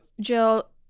Jill